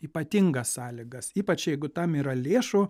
ypatingas sąlygas ypač jeigu tam yra lėšų